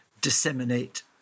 disseminate